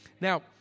Now